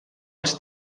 els